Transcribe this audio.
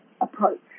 approach